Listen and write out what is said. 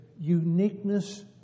uniqueness